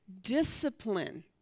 discipline